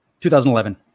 2011